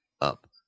Up